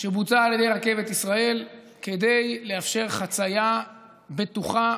שבוצע על ידי רכבת ישראל כדי לאפשר חצייה בטוחה